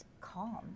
calm